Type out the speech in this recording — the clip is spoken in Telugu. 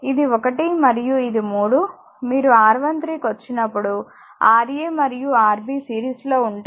ఇది 1 మరియు ఇది 3 మీరు R13 కు వచ్చినప్పుడు Ra మరియు Rb సిరీస్లో ఉంటాయి